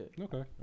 Okay